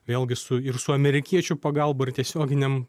vėlgi su ir su amerikiečių pagalba ir tiesioginėm